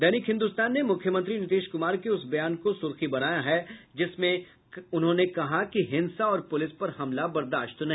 दैनिक हिन्दुस्तान ने मुख्यमंत्री नीतीश कुमार के उस बयान को सुर्खी बनाया है जिसमें उन्होंने कहा कि हिंसा और पुलिस पर हमला बर्दाश्त नहीं